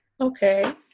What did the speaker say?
okay